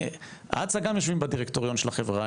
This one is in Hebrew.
הצ"ע גם יושבים בדירקטוריון של החברה,